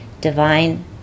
Divine